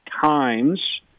times